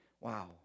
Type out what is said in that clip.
wow